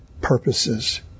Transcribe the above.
purposes